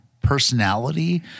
personality